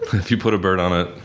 if you put a bird on it,